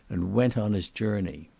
and went on his journey.